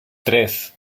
tres